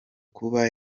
kuba